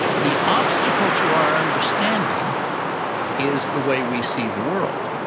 the obstacle to our understanding is the way we see the world.